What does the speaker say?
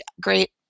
great